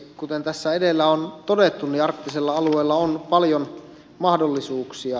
kuten tässä edellä on todettu niin arktisella alueella on paljon mahdollisuuksia